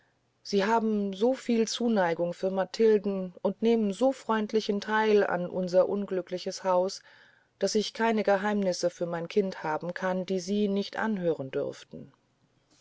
sie haben so viel zuneigung für matilden und nehmen so freundschaftlichen theil an unser unglückliches haus daß ich keine geheimnisse für mein kind haben kann die sie nicht anhören dürften